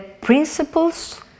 principles